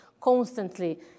constantly